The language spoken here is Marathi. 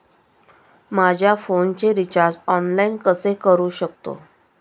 माझ्या फोनचे रिचार्ज ऑनलाइन कसे करू शकतो?